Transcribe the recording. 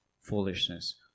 foolishness